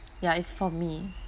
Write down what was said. ya is for me